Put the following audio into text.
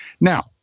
Now